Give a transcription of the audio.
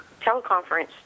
teleconference